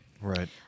Right